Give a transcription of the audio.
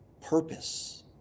Purpose